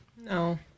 No